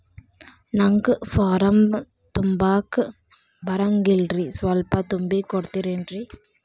ನಂಗ ಫಾರಂ ತುಂಬಾಕ ಬರಂಗಿಲ್ರಿ ಸ್ವಲ್ಪ ತುಂಬಿ ಕೊಡ್ತಿರೇನ್ರಿ?